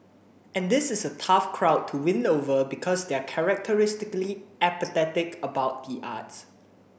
and this is a tough crowd to win over because they are characteristically apathetic about the arts